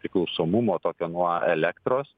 priklausomumo tokio nuo elektros